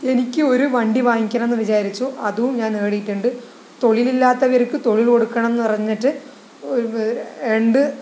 എനിക്ക് ഒരു വണ്ടി വാങ്ങിക്കണം എന്ന് വിചാരിച്ചു അതും ഞാൻ നേടിയിട്ടുണ്ട് തൊഴിലില്ലാത്തവർക്ക് തൊഴിൽ കൊടുക്കണം എന്ന് പറഞ്ഞിട്ട് രണ്ട്